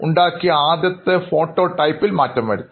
ഉണ്ടാക്കിയ ആദ്യത്തെ ഡിസൈനിൽമാറ്റം വരുത്തി